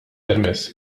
permezz